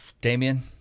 Damien